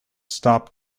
stopped